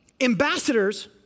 ambassadors